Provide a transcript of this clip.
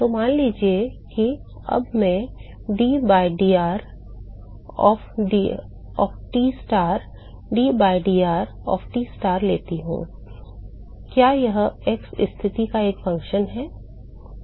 तो मान लीजिए कि अब मैं d by dr of Tstar d by dr of Tstar लेता हूं क्या यह x स्थिति का एक फ़ंक्शन है